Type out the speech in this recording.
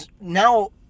now